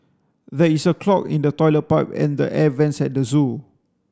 there is a clog in the toilet pipe and the air vents at the zoo